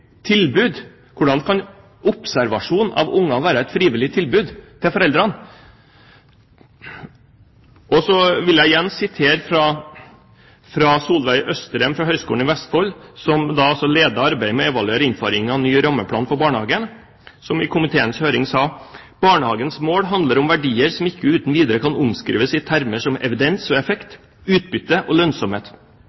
tilbud. Hvordan kan observasjon av barn være et frivillig tilbud til foreldrene? Så vil jeg sitere fra Solveig Østrem fra Høgskolen i Vestfold, som leder arbeidet med å innføre en ny rammeplan for barnehagen, som i komiteens høring sa: «Barnehagens mål handler om verdier som ikke uten videre kan omskrives i termer som evidens og effekt,